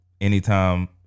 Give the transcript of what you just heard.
anytime